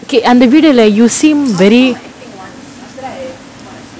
okay அந்த:antha video lah you seem very